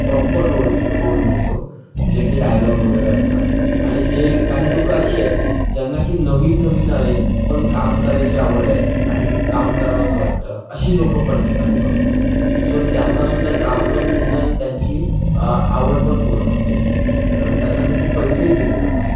proper role role मिळतो जे की डायलॉग वगैरे असतात आणि जे काही लोकं अशी आहेत ज्यांना की नवीन नवीन आहेत पण काम करायची आवड आहे आणि काम करावंसं वाटतं अशी लोकं पण आहेत अलिबागमध्ये सो त्यांना सुद्धा काम पण मिळतं आणि त्यांची आवड पण पूर्ण होते त्यांना त्याचे पैसेही दिले जातात